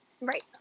Right